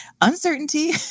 uncertainty